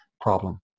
problem